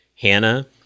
Hannah